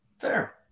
Fair